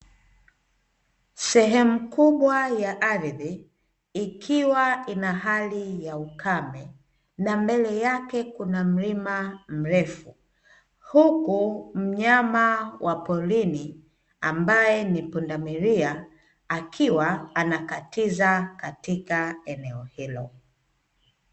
Sehemu kubwa ya ardhi ikiwa ina hali ya ukame na mbele yake kuna mlima mrefu. Huku mnyama wa porini ambaye ni pundamilia, akiwa anakatiza katika eneo hilo.